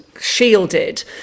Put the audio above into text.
shielded